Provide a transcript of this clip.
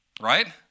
right